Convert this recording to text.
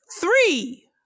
Three